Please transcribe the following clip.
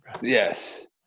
Yes